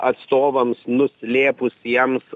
atstovams nuslėpusiems